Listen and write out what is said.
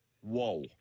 Whoa